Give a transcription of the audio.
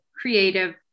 creative